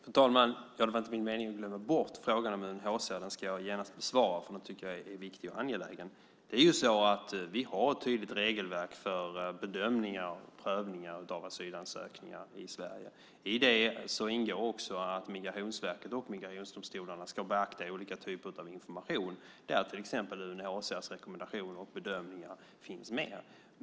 Fru talman! Det var inte min mening att glömma bort frågan om UNHCR. Den ska jag genast besvara eftersom den är viktig och angelägen. Vi har ett tydligt regelverk för bedömningar och prövningar av asylansökningar i Sverige. I det ingår också att Migrationsverket och migrationsdomstolarna ska beakta olika typer av information, där till exempel UNHCR:s rekommendationer och bedömningar finns med.